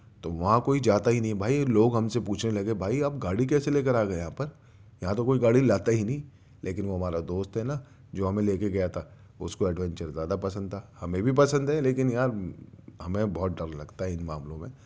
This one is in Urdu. تو وہاں کوئی جاتا ہی نہیں بھائی لوگ ہم سے پوچھنے لگے بھائی آپ گاڑی کیسے لے کر آ گئے یہاں پر یہاں تو کوئی گاڑی لاتا ہی نہیں لیکن وہ ہمارا دوست ہے نہ جو ہمیں لے کے گیا تھا اس کو ایڈونچر زیادہ پسند تھا ہمیں بھی پسند ہے لیکن یار ہمیں بہت ڈر لگتا ہے ان معاملوں میں